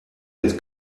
had